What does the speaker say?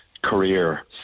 Career